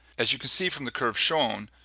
as you can see from the curve shown,